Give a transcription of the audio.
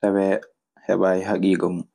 tawee heɓaani haagiga mun.